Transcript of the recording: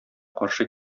каршы